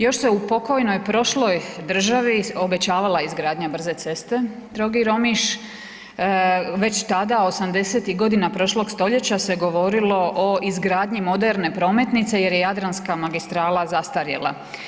Još se u pokojnoj, prošloj državi obećavala izgradnja brze ceste Trogir-Omiš, već tada 80.-tih godina prošlog stoljeća se govorilo o izgradnji moderne prometnice jer je jadranska magistrala zastarjela.